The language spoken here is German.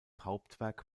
hauptwerk